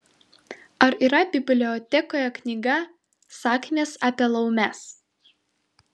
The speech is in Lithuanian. ar yra bibliotekoje knyga sakmės apie laumes